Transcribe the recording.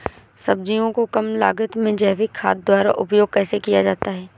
सब्जियों को कम लागत में जैविक खाद द्वारा उपयोग कैसे किया जाता है?